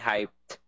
Hyped